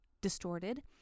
distorted